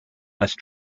must